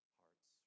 hearts